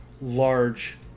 large